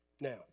Now